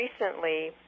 recently